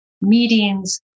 meetings